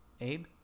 Abe